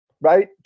right